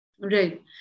Right